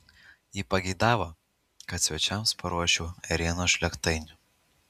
ji pageidavo kad svečiams paruoščiau ėrienos žlėgtainių